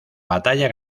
batalla